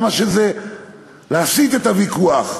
להסיט את הוויכוח,